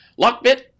Lockbit